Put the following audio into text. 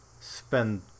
spend